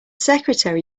secretary